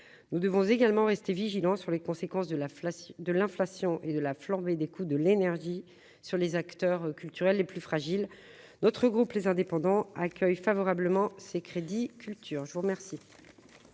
nous devons également rester vigilant sur les conséquences de la flamme de l'inflation et de la flambée des coûts de l'énergie sur les acteurs culturels les plus fragiles, notre groupe, les indépendants, accueille favorablement ces crédits Culture je vous remercie.